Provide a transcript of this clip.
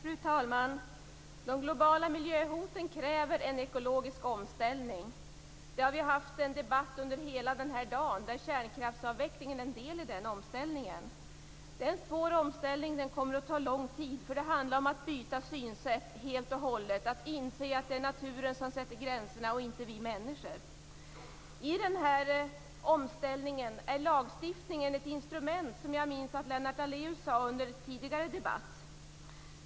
Fru talman! De globala miljöhoten kräver en ekologisk omställning. Vi har ju hela dagen haft en debatt om frågor där kärnkraftsavvecklingen är en del i den omställningen. Det är en svår omställning och den kommer att ta lång tid, för det handlar om att helt och hållet byta synsätt - om att inse att naturen, inte vi människor, sätter gränserna. I den här omställningen är lagstiftningen ett instrument, som Lennart Daléus i debatten tidigare sade.